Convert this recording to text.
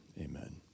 amen